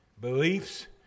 beliefs